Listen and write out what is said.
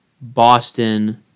Boston